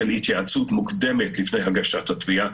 של התייעצות מוקדמת לפני הגשת התביעה,